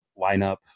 lineup